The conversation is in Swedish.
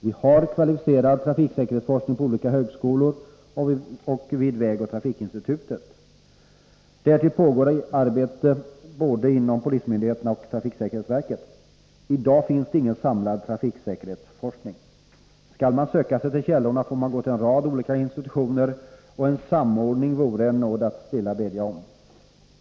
Vi har kvalificerad trafiksäkerhetsforskning på olika högskolor och vid vägoch trafikinstitutet. Därtill pågår arbete både inom polismyndigheterna och trafiksäkerhetsverket. I dag finns det ingen samlad trafiksäkerhetsforskning. Skulle man vilja söka sig till källorna får man gå till en rad olika institutioner, och en samordning vore en nåd att stilla bedja om.